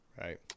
Right